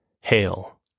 Hail